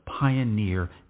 pioneer